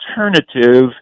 alternative